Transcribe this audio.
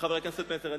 חבר הכנסת פלסנר.